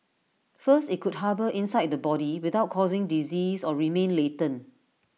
first IT could harbour inside the body without causing disease or remain latent